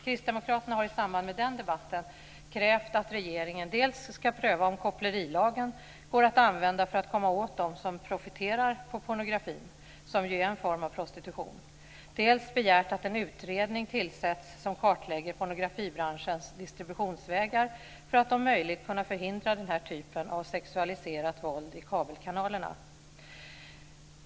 Kristdemokraterna har i samband med den debatten dels krävt att regeringen ska pröva om kopplerilagen går att använda för att komma åt dem som profiterar på pornografin, som ju är en form av prostitution, dels begärt att en utredning tillsätts som kartlägger pornografibranschens distributionsvägar för att om möjligt kunna förhindra den här typen av sexualiserat våld i kabelkanalerna.